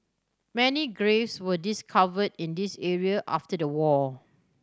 many graves were discovered in these area after the war